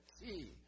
key